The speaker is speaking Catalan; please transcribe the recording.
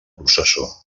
processó